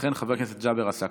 לכן, חבר הכנסת ג'אבר עסאקלה.